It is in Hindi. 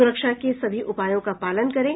सुरक्षा के सभी उपायों का पालन करें